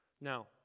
Now